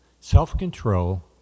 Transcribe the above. self-control